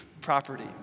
property